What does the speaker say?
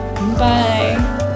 Bye